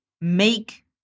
make